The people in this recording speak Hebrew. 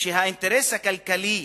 שהאינטרס הכלכלי